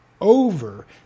over